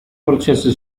processo